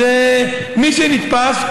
מי שנתפס,